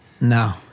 No